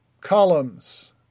columns